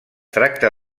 tracta